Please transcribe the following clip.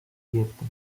siete